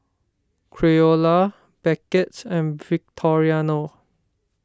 Creola Beckett and Victoriano